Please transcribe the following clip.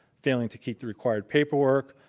failing to keep the required paperwork.